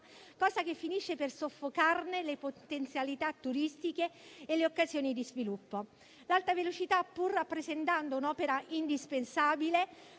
cosa che finisce per soffocarne le potenzialità turistiche e le occasioni di sviluppo. L'alta velocità, pur rappresentando un'opera indispensabile,